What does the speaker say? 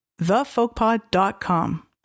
thefolkpod.com